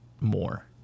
more